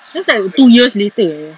that's like two years later eh